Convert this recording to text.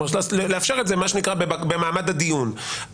לאפשר את זה במעמד הדיון.